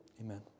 Amen